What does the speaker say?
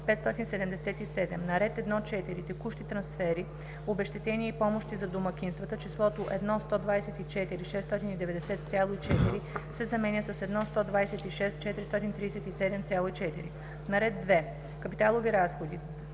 - на ред 1.4. Текущи трансфери, обезщетения и помощи за домакинствата числото „1 124 690,4“ се заменя с „1 126 437,4“; - на ред 2. Капиталови разходи